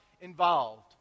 involved